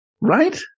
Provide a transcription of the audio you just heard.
Right